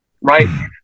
right